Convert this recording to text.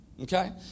Okay